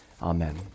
Amen